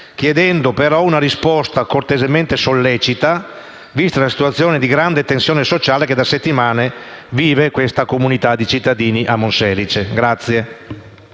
chiedendo una risposta cortesemente sollecita, vista la situazione di grande tensione sociale che da settimane vive la comunità dei cittadini a Monselice.